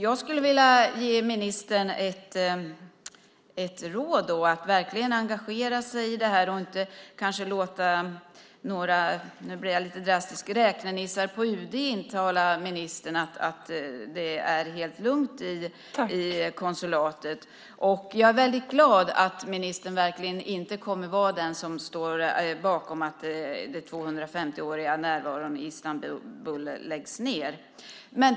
Jag skulle vilja ge ministern ett råd att verkligen engagera sig i detta och kanske inte låta, nu blir jag lite drastisk, några räknenissar på UD intala ministern att det är helt lugnt i konsulatet. Jag är väldigt glad över att ministern verkligen inte kommer att vara den som står bakom att den 250-åriga närvaron i Istanbul läggs ned.